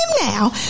now